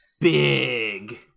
big